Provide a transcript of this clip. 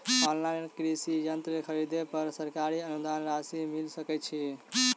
Online कृषि यंत्र खरीदे पर सरकारी अनुदान राशि मिल सकै छैय?